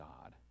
God